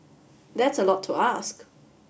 that's a lot to ask